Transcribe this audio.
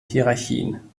hierarchien